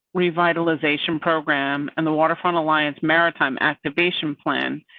revitalization program, and the waterfront alliance maritime activation plan,